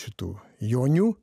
šitų jonių